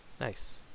Nice